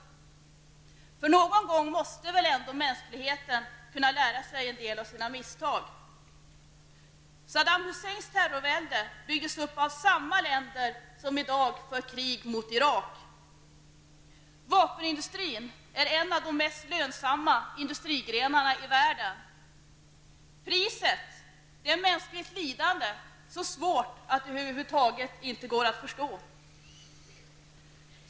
För någon gång måste väl ändå mänskligheten kunna lära sig en del av sina misstag? Saddam Husseins terrorvälde byggdes upp av samma länder som i dag för krig mot Irak. Vapenindustrin är en av de mest lönsamma industrigrenarna i världen, men priset är mänskligt lidande så svårt att det över huvud taget inte går att förstå.